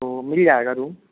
तो मिल जाएगा रूम